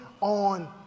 on